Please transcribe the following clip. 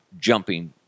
jumping